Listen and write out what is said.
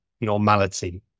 normality